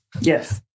Yes